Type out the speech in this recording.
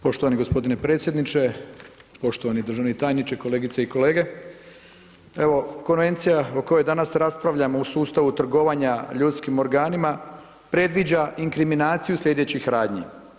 Poštovani gospodine predsjedniče, poštovani državni tajniče, kolegice i kolege evo konvencija o kojoj danas raspravljamo u sustavu trgovanja ljudskim organima predviđa inkriminaciju slijedećih radnji.